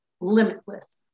limitless